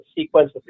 sequence